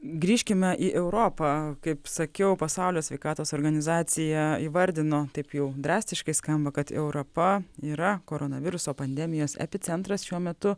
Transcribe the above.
grįžkime į europą kaip sakiau pasaulio sveikatos organizacija įvardino taip jau drastiškai skamba kad europa yra koronaviruso pandemijos epicentras šiuo metu